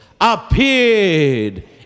appeared